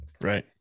Right